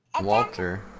Walter